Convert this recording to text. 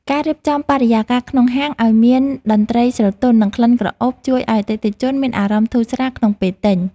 ការរៀបចំបរិយាកាសក្នុងហាងឱ្យមានតន្ត្រីស្រទន់ និងក្លិនក្រអូបជួយឱ្យអតិថិជនមានអារម្មណ៍ធូរស្រាលក្នុងពេលទិញ។